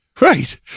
Right